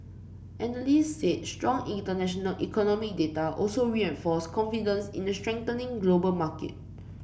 analyst said strong international economy data also reinforced confidence in a strengthening global market